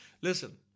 Listen